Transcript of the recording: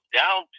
down